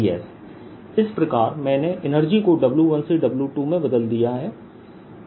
इस प्रकार मैंने एनर्जी को W1 से W2 में बदल दिया है